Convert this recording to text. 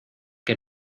que